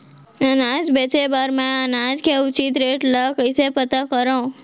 अनाज बेचे बर मैं अनाज के उचित रेट ल कइसे पता करो?